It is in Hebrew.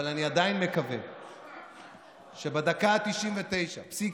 אבל אני עדיין מקווה שבדקה ה-99.9